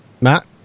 Matt